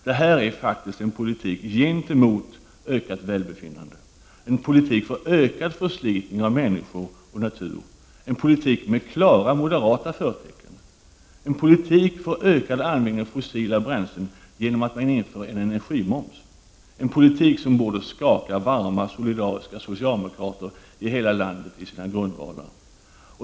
Detta är: En politik gentemot ökat välbefinnande. En politik för ökad förslitning av människor och natur. En politik med klara moderata förtecken. En politik som borde skaka varma, solidariska socialdemokrater i hela landet i sina grundvalar.